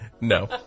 No